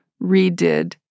redid